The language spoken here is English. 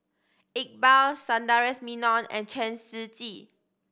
Iqbal Sundaresh Menon and Chen Shiji